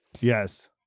Yes